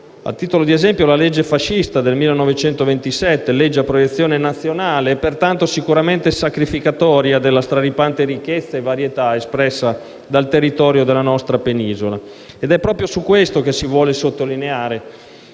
a titolo di esempio la legge fascista del 1927, legge a proiezione nazionale e pertanto sicuramente sacrificatoria della straripante ricchezza e varietà espresse dal territorio della nostra penisola. È proprio di questo che si vuole sottolineare